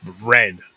red